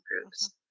groups